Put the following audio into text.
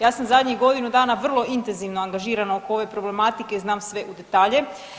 Ja sam zadnjih godinu dana vrlo intenzivno angažirana oko ove problematike i znam sve u detalje.